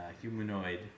humanoid